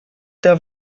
der